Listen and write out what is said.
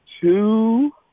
Two